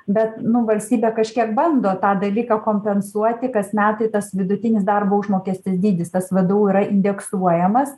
bet nu valstybė kažkiek bando tą dalyką kompensuoti kas metai tas vidutinis darbo užmokestis dydis tas vdu yra indeksuojamas